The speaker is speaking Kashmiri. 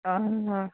آ